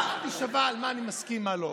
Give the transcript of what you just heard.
אל תישבע על מה אני מסכים ועל מה לא.